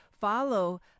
follow